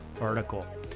article